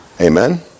Amen